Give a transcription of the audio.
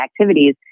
activities